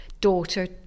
daughter